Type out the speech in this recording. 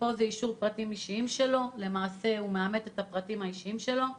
כך אישור הפרטים האישיים שלו הוא מאמת את הפרטים האישיים שלו,